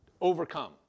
overcome